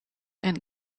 and